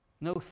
No